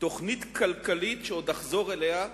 תוכנית כלכלית שעוד אחזור אליה,